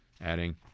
adding